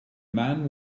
man